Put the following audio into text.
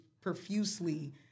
profusely